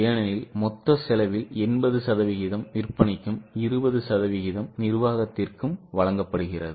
ஏனெனில் மொத்த செலவில் 80 சதவீதம் விற்பனைக்கும் 20 சதவிகிதம் நிர்வாகத்திற்கும் வழங்கப்படுகிறது